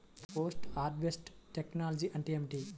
Post harvest technology అంటే ఏమిటి?